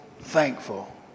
thankful